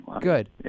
Good